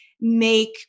make